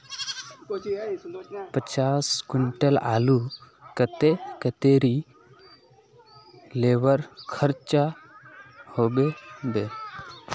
पचास कुंटल आलूर केते कतेरी लेबर खर्चा होबे बई?